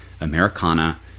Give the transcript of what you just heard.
Americana